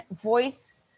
voice